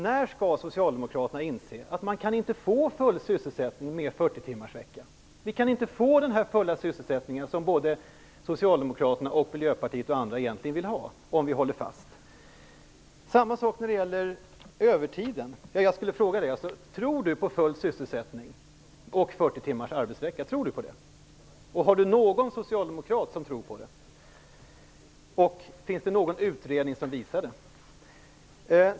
När skall Socialdemokraterna inse att man inte kan få full sysselsättning med 40-timmarsvecka? Vi kan inte få den fulla sysselsättning som både Socialdemokraterna, Miljöpartiet och andra egentligen vill ha, om vi håller fast vid det. Tror Laila Bjurling på full sysselsättning och 40 timmars arbetsvecka? Finns det någon socialdemokrat som tror på det, och finns det någon utredning som visar det?